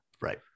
Right